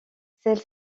celle